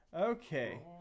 Okay